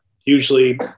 usually